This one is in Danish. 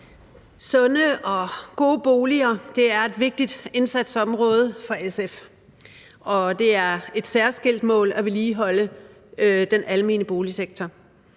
Sunde og gode boliger er et vigtigt indsatsområde for SF, og det er et særskilt mål at vedligeholde den almene boligsektor.